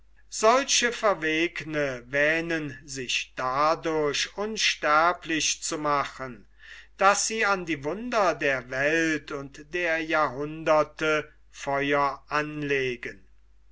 solche verwegne wähnen sich dadurch unsterblich zu machen daß sie an die wunder der welt und der jahrhunderte feuer anlegen